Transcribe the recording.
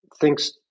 thinks